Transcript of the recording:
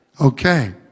Okay